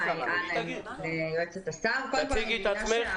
גברתי, תציגי את עצמך.